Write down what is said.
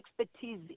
expertise